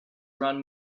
run